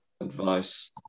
Advice